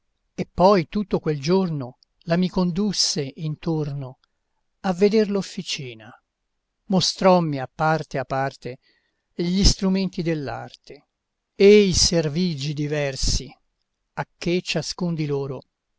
e poi tutto quel giorno la mi condusse intorno a veder l'officina mostrommi a parte a parte gli strumenti dell'arte e i servigi diversi a che ciascun di loro